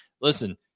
listen